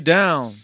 down